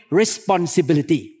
responsibility